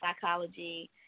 psychology